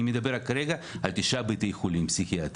אני מדבר כרגע על תשעה בתי חולים פסיכיאטרים.